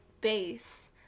base